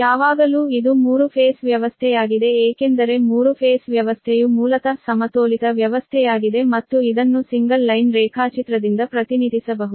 ಯಾವಾಗಲೂ ಇದು 3 ಫೇಸ್ ವ್ಯವಸ್ಥೆಯಾಗಿದೆ ಏಕೆಂದರೆ 3 ಫೇಸ್ ವ್ಯವಸ್ಥೆಯು ಮೂಲತಃ ಸಮತೋಲಿತ ವ್ಯವಸ್ಥೆಯಾಗಿದೆ ಮತ್ತು ಇದನ್ನು ಸಿಂಗಲ್ ಲೈನ್ ರೇಖಾಚಿತ್ರದಿಂದ ಪ್ರತಿನಿಧಿಸಬಹುದು